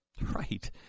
Right